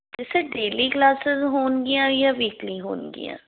ਤੇ sir daily classes ਹੋਣਗੀਆਂ ਜਾਂ ਵੀਕਲੀ ਹੋਣਗੀਆਂ